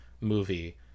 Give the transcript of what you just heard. movie